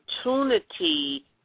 opportunity